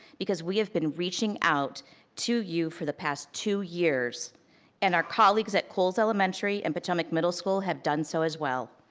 because we have been reaching out to you for the past two years and our colleagues at coles elementary and potomac middle school have done so as well.